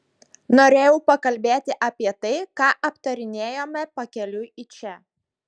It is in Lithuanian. norėjau pakalbėti apie tai ką aptarinėjome pakeliui į čia